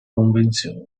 convenzioni